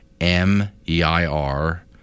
M-E-I-R